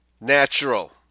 natural